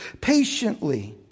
patiently